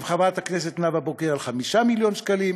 עם חברת הכנסת נאוה בוקר על סך 5 מיליוני שקלים.